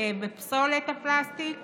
בפסולת הפלסטיק